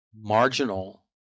marginal